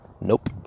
Nope